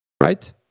Right